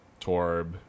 torb